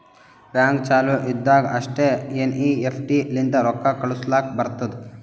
bank ಚಾಲು ಇದ್ದಾಗ್ ಅಷ್ಟೇ ಎನ್.ಈ.ಎಫ್.ಟಿ ಲಿಂತ ರೊಕ್ಕಾ ಕಳುಸ್ಲಾಕ್ ಬರ್ತುದ್